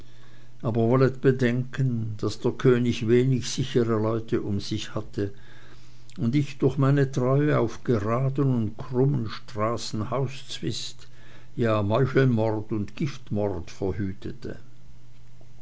aber wollet bedenken daß der könig wenig sichere leute um sich hatte und ich durch meine treue auf geraden und krummen straßen hauszwist ja meucheltat und giftmord verhütete